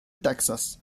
texas